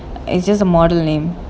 it's just a model name